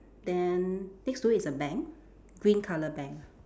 then next to is a bank green colour bank